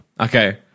Okay